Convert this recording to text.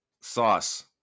sauce